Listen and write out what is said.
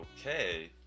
okay